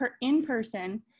in-person